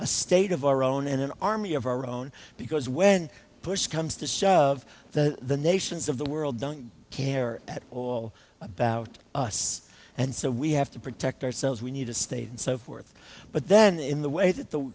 a state of our own and an army of our own because when push comes to shove the nations of the world don't care at all about us and so we have to protect ourselves we need a state and so forth but then in the way that the